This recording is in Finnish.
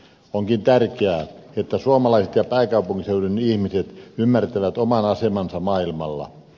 onkin tärkeää että suomalaiset ja pääkaupunkiseudun ihmiset ymmärtävät oman asemansa maailmalla